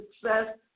success